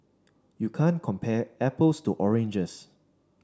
you can't compare apples to oranges